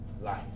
life